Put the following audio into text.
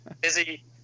busy